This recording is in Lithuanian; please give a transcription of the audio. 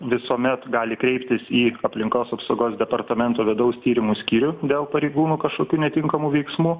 visuomet gali kreiptis į aplinkos apsaugos departamento vidaus tyrimų skyrių dėl pareigūnų kažkokių netinkamų veiksmų